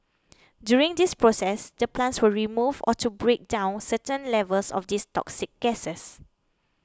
during this process the plants will remove or to break down certain levels of these toxic gases